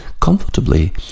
comfortably